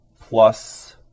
plus